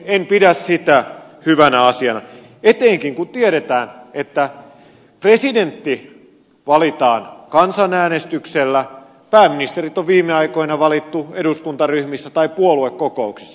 en pidä sitä hyvänä asiana etenkin kun tiedetään että presidentti valitaan kansanäänestyksellä pääministerit on viime aikoina valittu eduskuntaryhmissä tai puoluekokouksissa